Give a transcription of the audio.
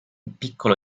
piccolo